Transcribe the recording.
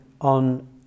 on